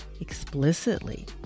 explicitly